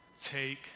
Take